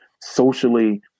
socially